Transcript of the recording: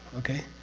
okay.